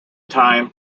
time